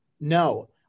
No